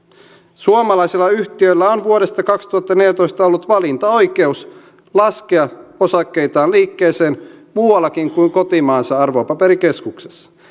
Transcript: suomalaisilla yhtiöillä on vuodesta kaksituhattaneljätoista ollut valintaoikeus laskea osakkeitaan liikkeeseen muuallakin kuin kotimaansa arvopaperikeskuksessa